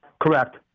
Correct